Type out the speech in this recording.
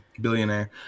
Billionaire